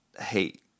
hate